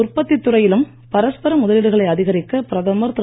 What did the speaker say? உற்பத்தித் துறையிலும் பரஸ்பர முதலீடுகளை அதிகரிக்க பிரதமர் திரு